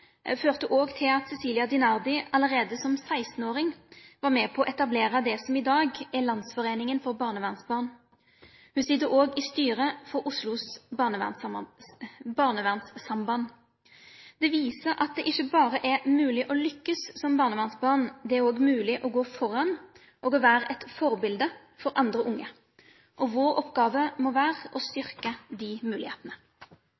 førte også til at Cecilia Dinardi allerede som 16-åring var med på å etablere det som i dag er Landsforeningen for barnevernsbarn. Hun sitter også i styret for Oslo barnevernsamband. Det viser at det ikke bare er mulig å lykkes som barnevernsbarn, det er også mulig å gå foran og være et forbilde for andre unge. Vår oppgave må være å